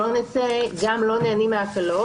שלא נצא גם לא נהנים מההקלות,